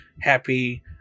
happy